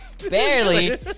barely